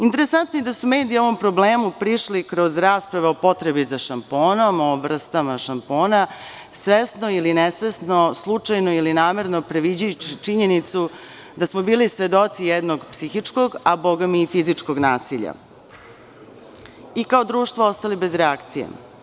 Interesantno je da su mediji ovom problemu prišli kroz rasprave o potrebi za šamponom, o vrstama šampona, svesno ili nesvesno, slučajno ili namerno, previđajući činjenicu da smo bili svedoci jednog psihičkog, a bogami i fizičkog nasilja i kao društvo ostali bez reakcije.